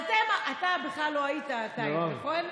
אתה בכלל לא היית, טייב, נכון?